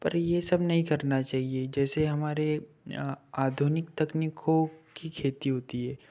पर ये सब नहीं करना चाहिए जैसे हमारे आधुनिक तकनीकों की खेती होती है